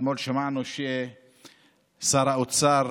אתמול שמענו ששר האוצר